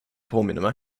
påminner